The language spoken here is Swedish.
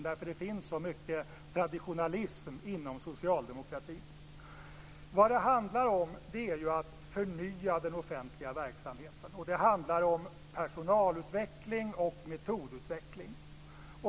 Det finns ju så mycket traditionalism inom socialdemokratin. Vad det handlar om är ju att förnya den offentliga verksamheten. Det handlar om personalutveckling och metodutveckling.